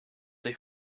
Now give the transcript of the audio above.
they